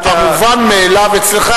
את המובן מאליו אצלך,